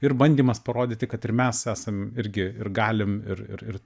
ir bandymas parodyti kad ir mes esam irgi ir galim ir ir ir